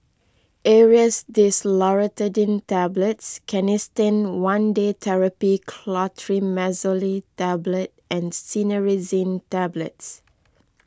Aerius DesloratadineTablets Canesten one Day therapy Clotrimazole Tablet and Cinnarizine Tablets